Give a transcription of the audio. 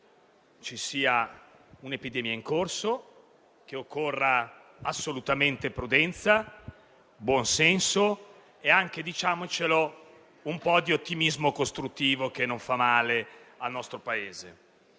corso un'epidemia e che occorra assolutamente prudenza, buon senso e anche un po' di ottimismo costruttivo che non fa male al nostro Paese.